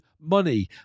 money